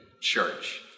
church